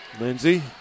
Lindsey